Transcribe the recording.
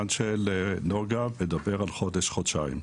--- של נגה מדבר על חודש-חודשיים.